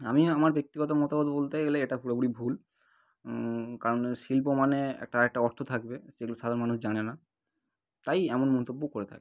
আমি আমার ব্যক্তিগত মতামত বলতে গেলে এটা পুরোপুরি ভুল কারণ শিল্প মানে এটার একটা অর্থ থাকবে যেগুলো সাধারণ মানুষ জানে না তাই এমন মন্তব্য করে থাকে